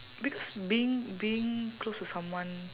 because being being close to someone